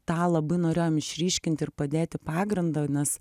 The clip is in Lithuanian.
tą labai norėjom išryškinti ir padėti pagrindą nes